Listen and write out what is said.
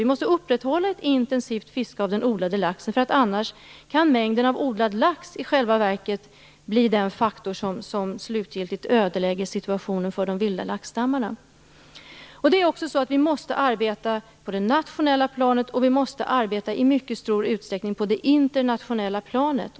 Vi måste upprätthålla ett intensivt fiske av den odlade laxen, annars kan mängden odlad lax i själva verket bli den faktor som slutgiltigt ödelägger situationen för de vilda laxstammarna. Vi måste också arbeta på det nationella planet, och vi måste i mycket stor utsträckning arbeta på det internationella planet.